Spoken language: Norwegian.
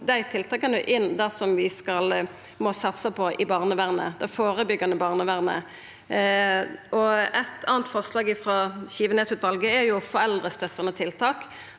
dei tiltaka og det vi må satsa på i det førebyggjande barnevernet. Eit anna forslag frå Skivenes-utvalet er foreldrestøttande tiltak.